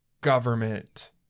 government